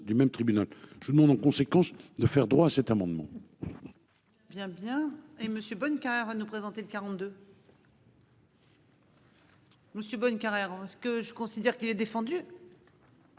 Je demande en conséquence de faire droit à cet amendement.